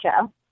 show